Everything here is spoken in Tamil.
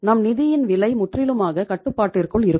நம் நிதியின் விலை முற்றிலுமாக கட்டுப்பாட்டிற்குள் இருக்கும்